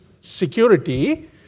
security